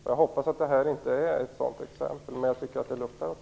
Jag hoppas att vi här inte har ett sådant exempel, men det luktar åt det hållet.